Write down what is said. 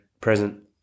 present